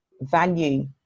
value